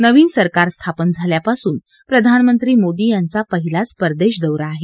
नवीन सरकार स्थापन झाल्यापासून प्रधानमंत्री मोदी यांचा पहिलाच परदेश दौरा आहे